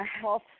health